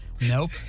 Nope